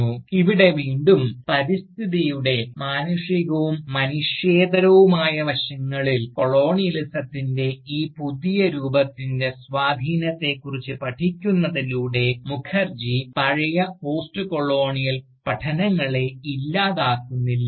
" ഇവിടെ വീണ്ടും പരിസ്ഥിതിയുടെ മാനുഷികവും മനുഷ്യേതരവുമായ വശങ്ങളിൽ കൊളോണിയലിസത്തിൻറെ ഈ പുതിയ രൂപത്തിൻറെ സ്വാധീനത്തെക്കുറിച്ച് പഠിക്കുന്നതിലൂടെ മുഖർജി പഴയ പോസ്റ്റ്കൊളോണിയൽ പഠനങ്ങളെ ഇല്ലാതാക്കുന്നില്ല